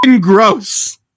gross